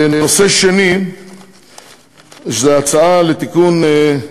נושא שני זה הצעה לתיקון,